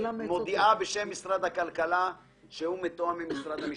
מודיעה בשם משרד הכלכלה שהוא מתואם עם משרד המשפטים.